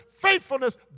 faithfulness